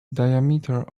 diameter